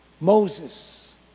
Moses